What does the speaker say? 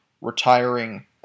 retiring